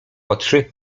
oczy